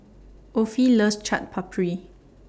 Offie loves Chaat Papri